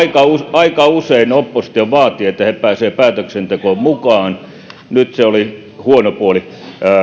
aika usein oppositio vaatii että he pääsevät päätöksentekoon mukaan nyt se oli huono puoli